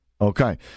Okay